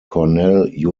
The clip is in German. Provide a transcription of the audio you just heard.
cornell